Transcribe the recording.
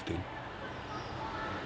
thing